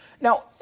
Now